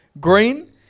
green